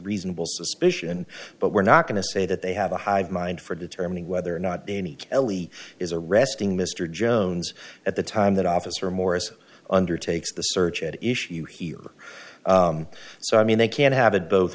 reasonable suspicion but we're not going to say that they have a hive mind for determining whether or not any kelley is arresting mr jones at the time that officer morris undertakes the search at issue here so i mean they can't have it both